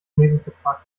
knebelvertrag